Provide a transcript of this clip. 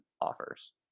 offers